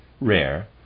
rare